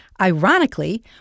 Ironically